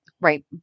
right